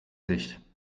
sich